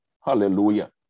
hallelujah